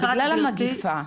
בגלל המגיפה.